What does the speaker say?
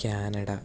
Canada